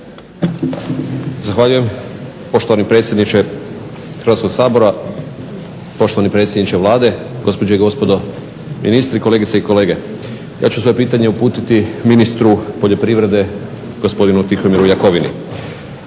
Zahvaljujem gospodine predsjedniče Hrvatskog sabora. Poštovani predsjedniče Vlade, gospođe i gospodo ministri, kolegice i kolege. Ja ću svoje pitanje uputiti ministru poljoprivrede gospodinu Tihomiru Jakovini.